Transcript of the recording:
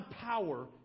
power